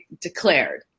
declared